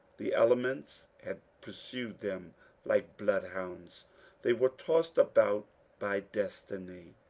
the elements had pursued them like blood hounds they were tossed about by destiny,